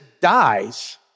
dies